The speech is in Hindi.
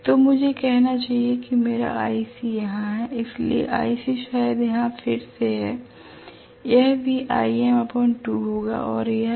तो मुझे कहना चाहिए कि मेरा iC यहाँ है इसलिए iC शायद यहाँ फिर से है यह भी होगा और यह FC है